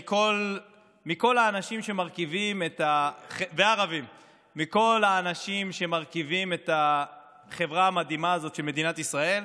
כל האנשים שמרכיבים את החברה המדהימה הזאת של מדינת ישראל.